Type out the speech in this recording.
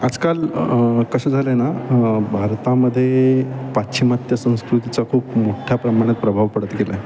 आजकाल कसं झालं आहे ना भारतामध्ये पाश्चिमात्य संस्कृतीचा खूप मोठ्या प्रमाणात प्रभाव पडत गेला आहे